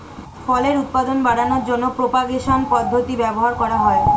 ফলের উৎপাদন বাড়ানোর জন্য প্রোপাগেশন পদ্ধতি ব্যবহার করা হয়